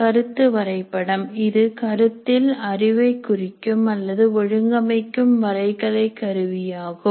கருத்து வரைபடம் இது கருத்தில் அறிவைக் குறிக்கும் அல்லது ஒழுங்கமைக்கும் வரைகலை கருவியாகும்